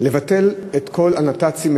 לבטל את כל הנת"צים,